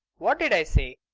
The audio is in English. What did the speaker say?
what did i say?